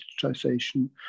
digitization